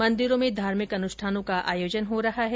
मंदिरों में धार्मिक अनुष्ठानों का आयोजन हो रहा है